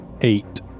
Eight